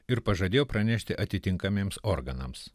ir pažadėjo pranešti atitinkamiems organams